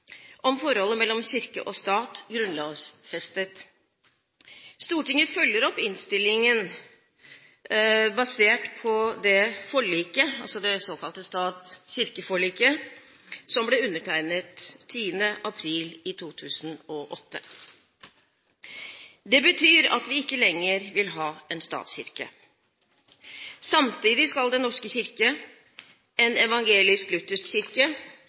om forholdet mellom kirke og stat grunnlovfestet. Stortinget følger opp innstillingen basert på det forliket – det såkalte stat–kirke-forliket – som ble undertegnet 10. april 2008. Det betyr at vi ikke lenger vil ha en statskirke. Samtidig skal Den norske kirke, en evangelisk-luthersk kirke,